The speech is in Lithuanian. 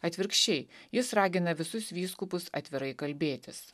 atvirkščiai jis ragina visus vyskupus atvirai kalbėtis